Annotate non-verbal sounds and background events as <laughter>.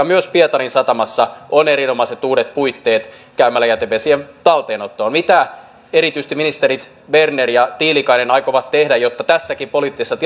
<unintelligible> myös pietarin satamassa on erinomaiset uudet puitteet käymäläjätevesien talteenottoon mitä erityisesti ministerit berner ja tiilikainen aikovat tehdä jotta tässäkin poliittisessa <unintelligible>